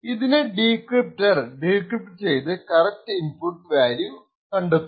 ഇതിനെ decryptor decrypt ചെയ്തു correct input value കണ്ടെത്തുന്നു